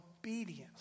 Obedience